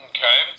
Okay